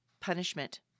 punishment